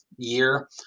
Year